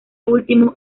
último